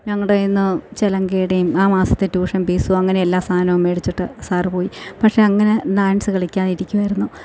ഞങ്ങളുടെ കയ്യിൽ നിന്ന് ചിലങ്കയുടേയും ആ മാസത്തെ ട്യൂഷൻ ഫീസും അങ്ങനെ എല്ലാ സാധനവും മേടിച്ചിട്ട് സാർ പോയി പക്ഷേ അങ്ങനെ ഡാൻസ് കളിക്കാതെ ഇരിക്കുവായിരുന്നു